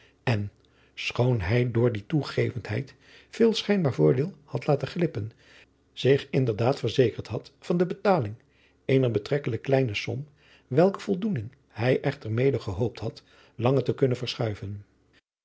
en schoon hij door die toegevendheid veel schijnbaar voordeel had laten glippen zich in der daad verzekerd had van de betaling eener betrekkelijk kleiner som welker voldoening hij echter mede gehoopt had lange te kunnen verschuiven